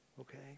okay